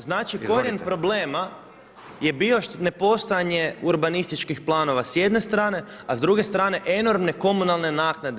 Znači, korijen problema je bio nepostojanje urbanističkih planova s jedne strane, a s druge strane enormne komunalne naknade.